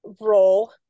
role